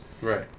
Right